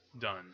done